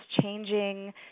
changing